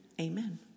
Amen